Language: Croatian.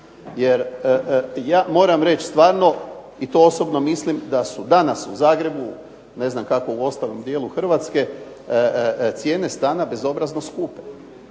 Jer ja moram reći stvarno i to osobno mislim da su danas u Zagrebu, ne znam kako u ostalom dijelu Hrvatske, cijene stana bezobrazno skupe.